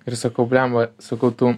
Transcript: ir sakau bliamba sakau tu